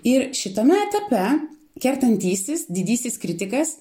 ir šitame etape kertantysis didysis kritikas